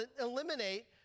eliminate